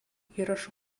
įrašų